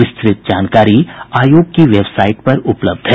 विस्तृत जानकारी आयोग की वेबसाइट पर उपलब्ध है